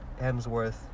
Hemsworth